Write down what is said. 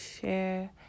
share